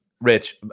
Rich